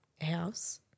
house